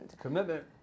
Commitment